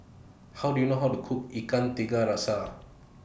How Do YOU know How to Cook Ikan Tiga Rasa